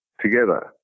together